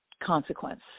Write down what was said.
consequence